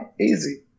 easy